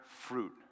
fruit